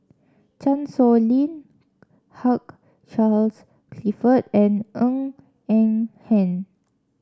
Chan Sow Lin Hugh Charles Clifford and Ng Eng Hen